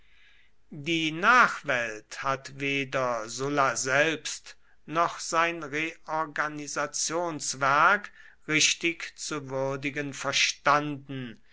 die nachwelt hat weder sulla selbst noch sein reorganisationswerk richtig zu würdigen verstanden